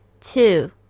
Two